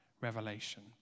revelation